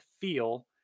feel